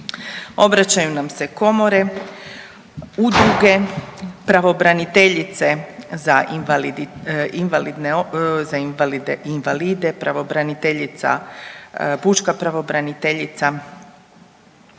Obraćaju nam se komore, udruge, pravobraniteljice za invalide, pravobraniteljica,